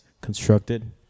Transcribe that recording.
constructed